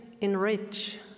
enrich